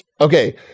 okay